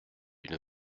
une